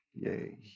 Yay